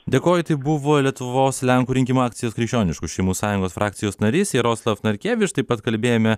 dėkoju tai buvo lietuvos lenkų rinkimų akcijos krikščioniškų šeimų sąjungos frakcijos narys jaroslav narkevič taip pat kalbėjome